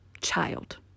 Child